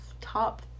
top